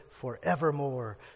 forevermore